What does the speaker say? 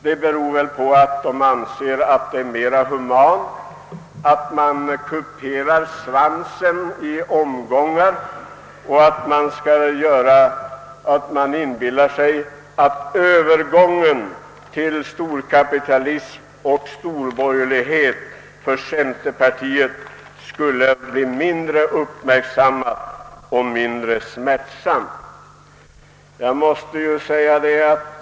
Det beror väl på att de anser det vara mera humant att kupera svansen i omgångar och att de inbillar sig att övergången till storkapitalism och storborgerlighet för centerpartiet skulle bli mindre uppmärksammad och mindre smärtsam.